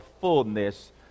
fullness